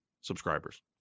subscribers